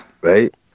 right